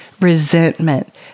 resentment